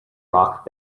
rock